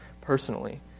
personally